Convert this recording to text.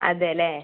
അതെയല്ലേ